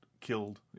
killed